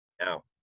now